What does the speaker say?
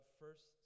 first